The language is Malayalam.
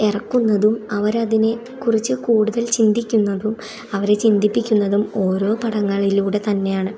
ഇറക്കുന്നതും അവരതിനെ കുറിച്ച് കൂടുതൽ ചിന്തിക്കുന്നതും അവരെ ചിന്തിപ്പിക്കുന്നതും ഓരോ പടങ്ങളിലൂടെ തന്നെയാണ്